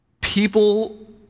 people